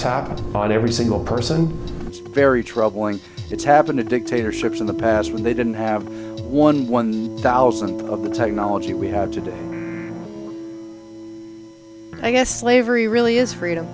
and on every single person it's very troubling it's happened to dictatorships in the past when they didn't have one one thousandth of the technology we have today i guess slavery really is freedom